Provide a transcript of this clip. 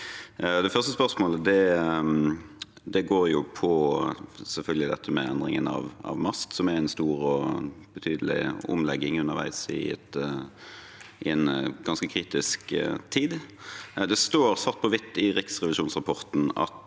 Det første spørsmålet gjelder endringen av MAST, som er en stor og betydelig omlegging underveis i en ganske kritisk tid. Det står svart på hvitt i riksrevisjonsrapporten at